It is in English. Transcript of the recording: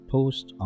post